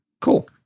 Cool